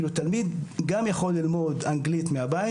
תלמיד גם יכול ללמוד אנגלית מהבית.